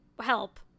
help